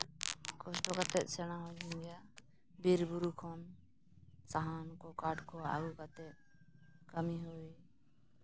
ᱠᱚᱥᱴᱚ ᱠᱟᱛᱮᱫ ᱥᱮᱬᱟ ᱟᱹᱧ ᱜᱮᱭᱟ ᱵᱤᱨᱼᱵᱩᱨᱩ ᱠᱷᱚᱱ ᱥᱟᱦᱟᱱ ᱠᱚ ᱠᱟᱴᱷ ᱠᱚ ᱟᱹᱜᱩ ᱠᱟᱛᱮᱫ ᱠᱟᱹᱢᱤ ᱦᱩᱭ